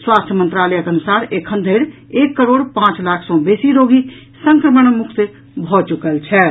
स्वास्थ्य मंत्रालयक अनुसार एखन धरि एक करोड़ पांच लाख सँ बेसी रोगी संक्रमण मुक्त भऽ चुकल छथि